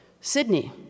Sydney